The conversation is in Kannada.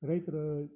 ರೈತರ